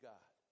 God